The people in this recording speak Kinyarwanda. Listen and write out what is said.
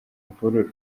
mvururu